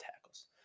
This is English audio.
tackles